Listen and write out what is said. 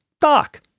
Doc